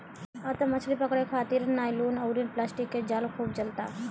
अब त मछली पकड़े खारित नायलुन अउरी प्लास्टिक के जाल खूब चलता